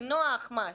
אינו האחמ"ש.